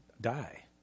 die